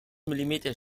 millimeter